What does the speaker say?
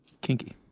Kinky